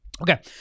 Okay